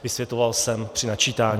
Vysvětloval jsem při načítání.